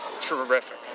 terrific